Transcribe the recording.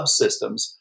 subsystems